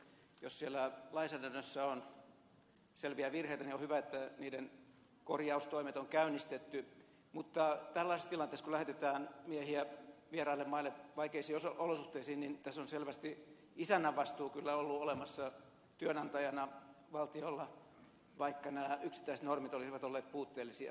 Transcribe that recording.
jos siellä lainsäädännössä on selviä virheitä niin on hyvä että niiden korjaustoimet on käynnistetty mutta tällaisessa tilanteessa kun lähetetään miehiä vieraille maille vaikeisiin olosuhteisiin tässä on selvästi isännän vastuu kyllä ollut olemassa työnantajana valtiolla vaikka nämä yksittäiset normit olisivat olleet puutteellisia